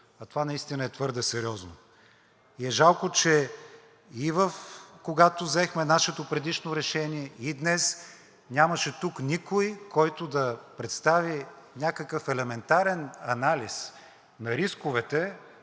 А това наистина е твърде сериозно и е жалко, че и когато взехме нашето предишно решение, и днес, нямаше тук никой, който да представи някакъв елементарен анализ на рисковете,